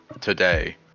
today